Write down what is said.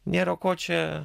nėra ko čia